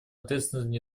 ответственность